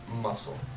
muscle